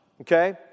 okay